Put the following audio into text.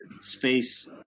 space